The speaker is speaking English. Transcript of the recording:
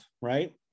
right